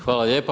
Hvala lijepa.